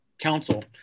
council